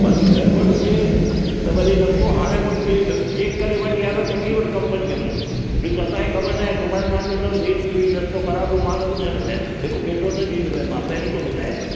बाक़ी गड़बड़ हुजे त वरी रस्तो हाणे को चेक चेक करे वठि या पुछी वठि कंपनीअ मों ॾिस असांजे ख़बर नाहे सुभाणे तव्हां चवंदुव जयेश की भई रस्तो ख़राबु आहे मां न ॿुधंदोमांइ हिकु पैसो न ॾींदोमांइ मां पहिरीं थो ॿुधाए